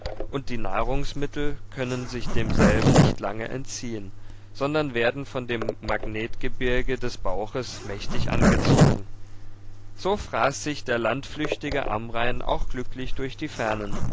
und die nahrungsmittel können sich demselben nicht lange entziehen sondern werden von dem magnetgebirge des bauches mächtig angezogen so fraß sich der landflüchtige amrain auch glücklich durch die fernen